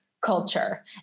culture